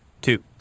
two